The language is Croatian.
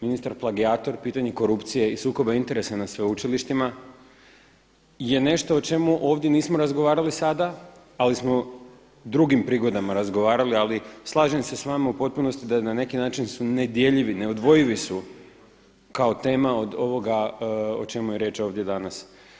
Ministar plagijator, pitanje korupcije i sukoba interesa na sveučilištima je nešto o čemu ovdje nismo razgovarali sada ali smo drugim prigodama razgovarali ali slažem se s vama u potpunosti da na neki način su nedjeljivi, neodvojivi su kao tema o ovoga o čemu je riječ ovdje danas.